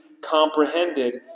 comprehended